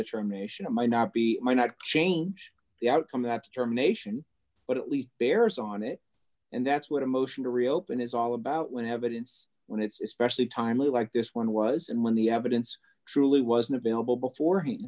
determination of might not be might not change the outcome that determination but at least bears on it and that's what a motion to reopen is all about when evidence when it's specially timely like this one was and when the evidence truly wasn't available before